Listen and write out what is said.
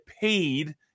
paid